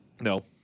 No